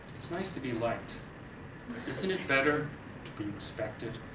it's nice to be liked isn't it better to be respected?